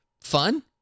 fun